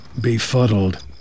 befuddled